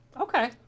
Okay